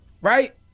Right